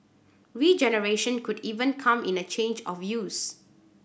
regeneration could even come in a change of use